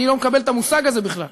אני לא מקבל את המושג הזה בכלל.